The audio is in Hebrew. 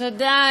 תודה.